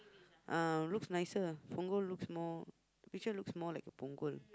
uh looks nicer ah Punggol looks more picture looks more like a Punggol